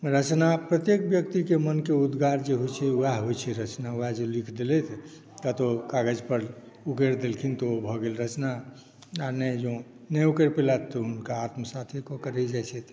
रचना प्रत्येक व्यक्तिके मोनके उद्गार जे होइ छै वएह होइ छै रचना वएह जे लिख देलथि कतौ काग़ज़ पर उकरि देलखिन तऽ ओ भऽ गेल रचना आ नहि जँ नहि उकरि पेला हुनका आत्मसाते कऽ कऽ रही जाइ छथिन